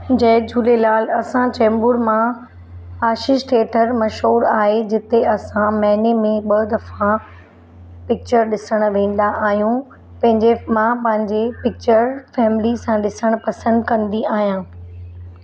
जय झूलेलाल असां चेंबूर मां आशीष थिएटर मशहूरु आहे जिते असां महिने में ॿ दफ़ा पिचर ॾिसणु वेंदा आहियूं पंहिंजे मां पंहिंजी पिचर फैमिली सां ॾिसणु पसंदि कंदी आहियां